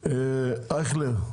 אייכלר,